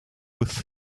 with